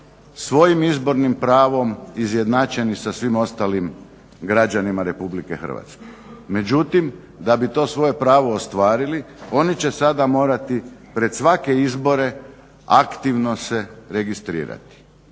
svojim izbornim pravom izjednačeni sa svim ostalim građanima RH. Međutim da bi to svoje pravo ostvarili, oni će sada morati pred svake izbore aktivno se registrirati.